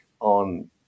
on